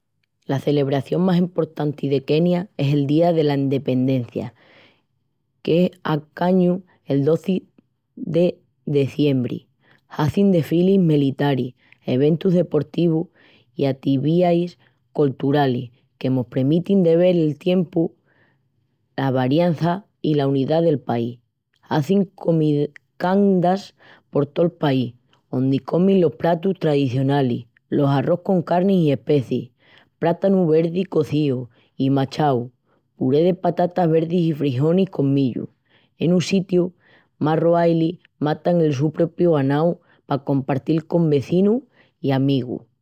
La celebración más emportanti de Kenia es el día dela endependencia, que es a ca añu el dozi de deziembri. Hazin desfilis melitaris, eventus deportivus i ativiais colturalis que mos premitin de vel al tiempu la variança i la unidá del país. Hazin comicandas por tol país, ondi comin los pratus tradicionalis, l'arrós con carni i especis, prátanu verdi cozíu i machau, puré de patatas verdis i frijonis con millu. Enos sitius más roalis matan el su propiu ganau pa compartil con vezinus i amigus.